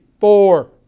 four